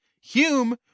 Hume